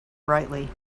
brightly